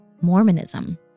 Mormonism